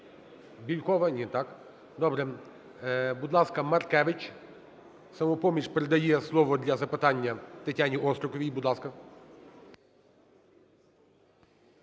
Бєлькова, ні – так? Добре. Будь ласка, Маркевич. "Самопоміч" передає слово для запитання Тетяні Остріковій. Будь ласка.